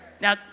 Now